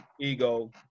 ego